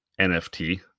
NFT